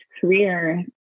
career